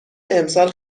امسال